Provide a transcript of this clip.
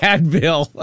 Advil